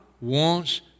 wants